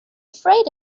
afraid